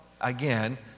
again